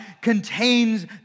contains